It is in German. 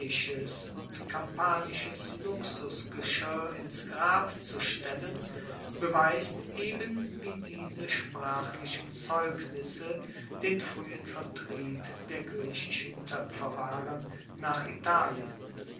und kampanisches luxusgeschirr ins grab zu stellen beweist eben wie diese sprachlichen zeugnisse den fruehen vertrieb der griechischen toepferwaren nach italien